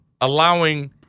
allowing